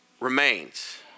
remains